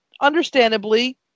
understandably